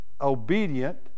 obedient